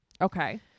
okay